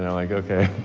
and like okay.